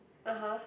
(uh huh)